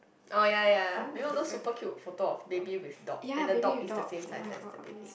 oh ya ya you know the super cute photo of baby with dog and the dog is the same size with the baby